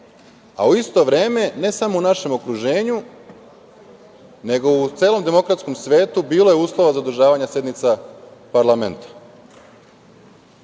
a u isto vreme, ne samo u našem okruženju, nego u celom demokratskom svetu bilo je uslova za održavanje sednica parlamenta.